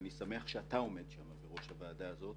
אני שמח שאתה עומד בראש הוועדה הזאת